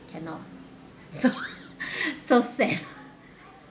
cannot so so sad